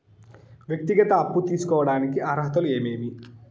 వ్యక్తిగత అప్పు తీసుకోడానికి అర్హతలు ఏమేమి